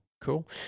cool